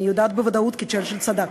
אני יודעת בוודאות כי צ'רצ'יל צדק.